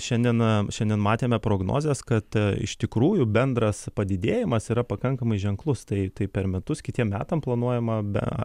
šiandien šiandien matėme prognozes kad iš tikrųjų bendras padidėjimas yra pakankamai ženklus tai tai per metus kitiem metam planuojama be